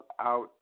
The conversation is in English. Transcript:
out